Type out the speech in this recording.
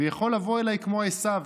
ויכול לבוא אליי כמו עשיו,